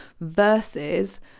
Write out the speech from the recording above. versus